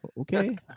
Okay